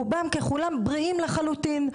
רובם ככולם בריאים לחלוטין.